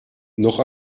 noch